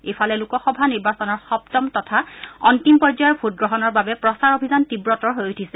ইফালে লোকসভা নিৰ্বাচনৰ সপ্তম তথা অন্তিম পৰ্যায়ৰ ভোটগ্ৰহণৰ বাবে প্ৰচাৰ অভিযান তীৱতৰ হৈ উঠিছে